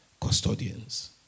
custodians